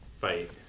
fight